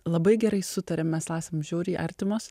labai gerai sutariam mes esam žiauriai artimos